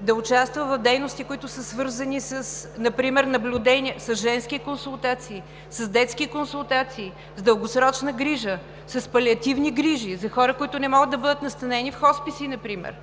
да участва в дейности, които са свързани с наблюдение, с женски консултации, с детски консултации, с дългосрочна грижа, с палиативни грижи за хора, които не могат да бъдат настанени в хосписи например?